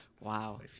Wow